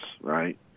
right